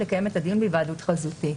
לקיים את הדיון בהיוועדות חזותית".